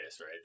right